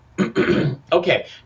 Okay